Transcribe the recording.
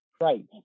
Right